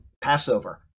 Passover